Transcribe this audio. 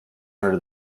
under